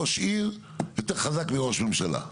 ראש עיר יותר חזק מראש ממשלה.